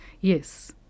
Yes